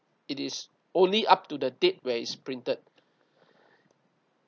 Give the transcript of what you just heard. it is only up to the date where it's printed